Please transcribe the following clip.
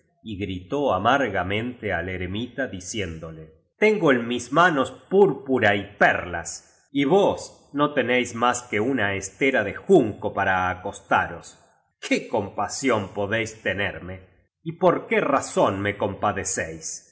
y gritó amar gamente al eremita diciéndole tengo en mis manos púrpura y perlas y vos no tenéis más que una estera de junco para acostaros qué compasión po déis tenerme y por qué razón me compadecéis